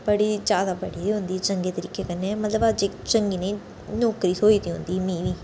पढ़ी ज्यादा पढ़ी दी होंदी चंगे तरीके कन्नै मतलब अज्ज चंगी नेही नौकरी थ्होई दी होंदी मि बी